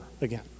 again